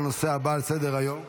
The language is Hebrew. להלן תוצאות ההצבעה: 30 בעד, 51 נגד.